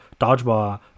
dodgeball